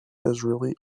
israeli